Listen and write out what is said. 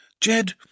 Jed